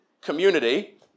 community